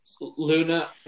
Luna